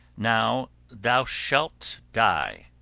now thou shalt die.